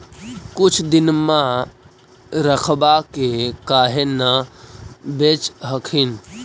कुछ दिनमा रखबा के काहे न बेच हखिन?